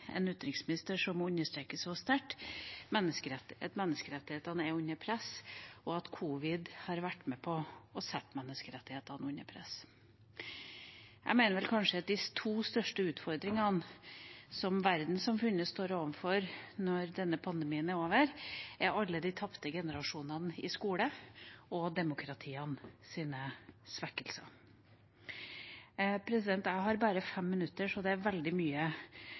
en utenriksminister som understreker så sterkt at menneskerettighetene er under press, og at covid har vært med på å sette menneskerettighetene under press. Jeg mener kanskje at de to største utfordringene verdenssamfunnet står overfor når denne pandemien er over, er alle de tapte generasjonene i skole og demokratienes svekkelser. Jeg har bare fem minutter, og det er veldig mye